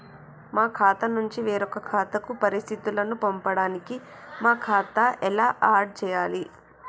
మా ఖాతా నుంచి వేరొక ఖాతాకు పరిస్థితులను పంపడానికి మా ఖాతా ఎలా ఆడ్ చేయాలి?